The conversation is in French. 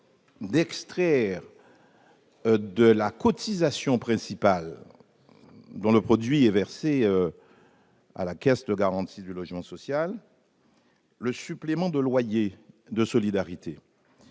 : extraire de la cotisation principale, dont le produit est versé à la Caisse de garantie du logement locatif social, le supplément de loyer de solidarité